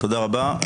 תודה רבה,